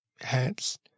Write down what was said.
hats